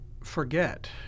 forget